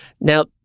Now